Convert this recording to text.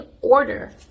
order